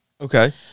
Okay